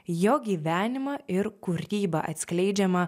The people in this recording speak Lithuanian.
jo gyvenimą ir kūrybą atskleidžiamą